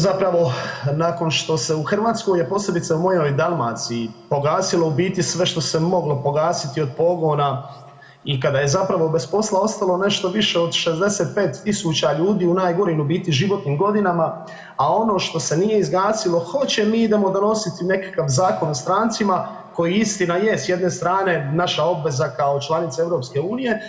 Zapravo nakon što se u Hrvatskoj, a posebice u mojoj Dalmaciji pogasilo u biti sve što se moglo pogasiti od pogona i kada je zapravo bez posla ostalo nešto više od 65000 ljudi u najgorim u biti životnim godinama, a ono što se nije izgasilo hoće, mi idemo donositi nekakav Zakon o strancima koji istina je s jedne strane naša obveza kao članice EU.